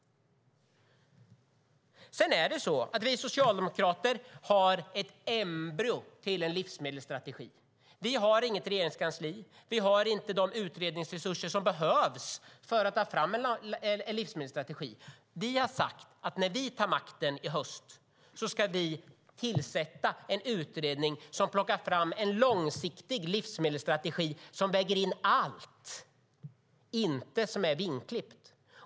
Vi socialdemokrater har ett embryo till en livsmedelsstrategi. Vi har inget regeringskansli, och vi har inte de utredningsresurser som behövs för att ta fram en livsmedelsstrategi. Men vi har sagt att när vi tar makten i höst ska vi tillsätta en utredning som plockar fram en långsiktig livsmedelsstrategi som väger in allt och som inte är vingklippt.